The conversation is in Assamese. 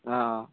অ'